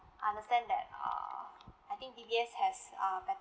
understand that err I think D_B_S has uh better